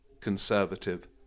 Conservative